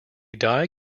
die